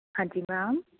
ਹਾਂਜੀ ਮੈਮ